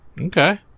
Okay